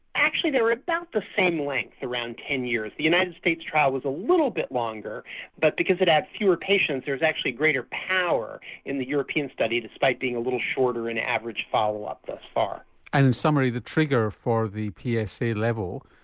actually they are about the same length, around ten years. the united states trial was a little bit longer but because it had fewer patients there was actually greater power in the european study despite being a little shorter in average follow up thus far. and in summary the trigger for the psa level,